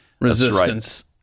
resistance